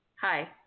Hi